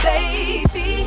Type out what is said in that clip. Baby